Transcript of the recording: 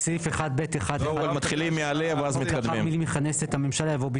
הצבעה בעד 5 נגד 9 נמנעים אין לא אושר.